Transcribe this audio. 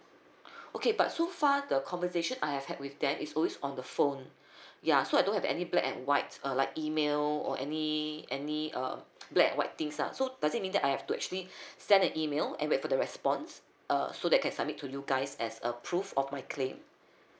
okay but so far the conversation I have had with them is always on the phone ya so I don't have any black and white uh like email or any any uh black and white things lah so does it mean that I have to actually send the email and wait for the response err so that can submit to you guys as a proof of my claim